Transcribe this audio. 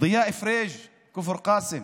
דיאא פריג' מכפר קאסם,